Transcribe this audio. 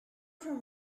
from